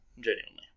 genuinely